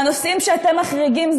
והנושאים שאתם מחריגים,